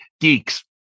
Geeks